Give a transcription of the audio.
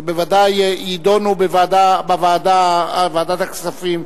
שבוודאי יידונו בוועדת הכספים.